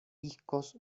discos